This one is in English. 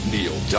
Neil